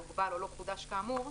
הוגבל או לא חודש כאמור: